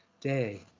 Day